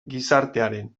gizartearen